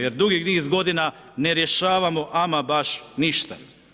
Jer dugi niz godina ne rješavamo ama baš ništa.